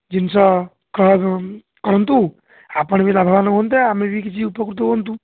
ଜିନିଷ କରନ୍ତୁ ଆପଣ ବି ଲାଭବାନ ହୁଅନ୍ତେ ଆମେ ବି କିଛି ଉପକୃତ ହୁଅନ୍ତୁ